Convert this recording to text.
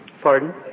Pardon